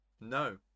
No